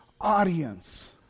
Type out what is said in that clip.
audience